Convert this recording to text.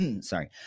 sorry